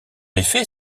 effet